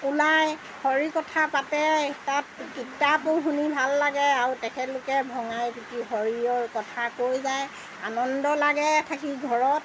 ওলাই হৰি কথা পাতে তাত কিতাপ শুনি ভাল লাগে আৰু তেখেতলোকে ভঙাই পুতি শৰীৰৰ কথা কৈ যায় আনন্দ লাগে থাকি ঘৰত